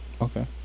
Okay